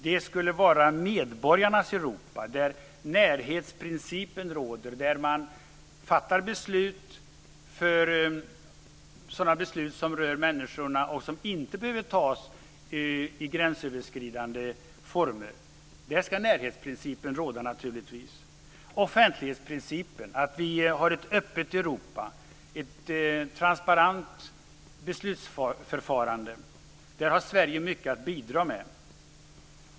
Det skulle vara ett medborgarnas Europa, där närhetsprincipen råder. För beslut som rör människorna och som inte behöver fattas i gränsöverskridande former ska naturligtvis närhetsprincipen råda. Även offentlighetsprincipen ska råda. Vi ska ha ett transparent beslutsförfarande. På den punkten har Sverige mycket att bidra med.